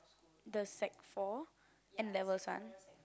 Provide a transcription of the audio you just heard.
the Sec-four N-levels one